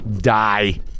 die